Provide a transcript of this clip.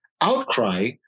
outcry